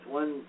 one